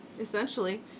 Essentially